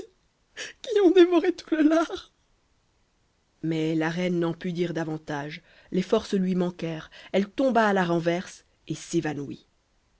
qui ont dévoré tout le lard mais la reine n'en put dire davantage les forces lui manquèrent elle tomba à la renverse et s'évanouit